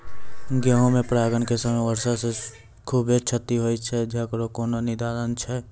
गेहूँ मे परागण के समय वर्षा से खुबे क्षति होय छैय इकरो कोनो निदान छै?